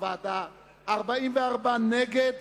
40 נגד.